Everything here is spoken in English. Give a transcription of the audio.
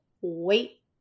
wait